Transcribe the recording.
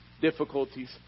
difficulties